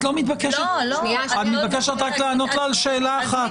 את מתבקשת רק לענות לה על שאלה אחת.